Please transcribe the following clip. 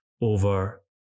over